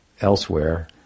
elsewhere